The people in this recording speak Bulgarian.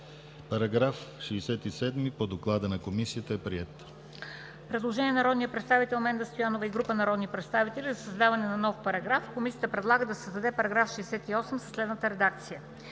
Параграф 7 по доклада на Комисията е приет.